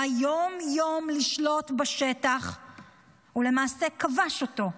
יום-יום לשלוט בשטח ולמעשה כבש אותו,